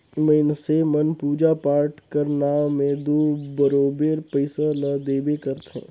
मइनसे मन पूजा पाठ कर नांव में दो बरोबेर पइसा ल देबे करथे